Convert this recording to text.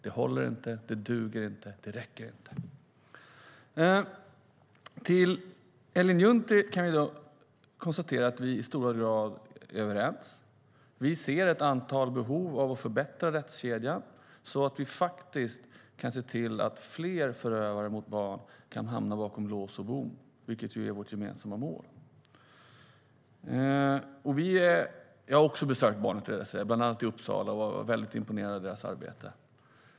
Det håller inte, det duger inte och det räcker inte! När det gäller Ellen Juntti kan jag konstatera att vi i stora drag är överens. Vi ser ett antal behov av att förbättra rättskedjan så att vi kan se till att fler förövare mot barn faktiskt hamnar bakom lås och bom, vilket ju är vårt gemensamma mål. Jag har också besökt barnutredare, bland annat i Uppsala. Jag var väldigt imponerad av deras arbete.